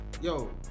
Yo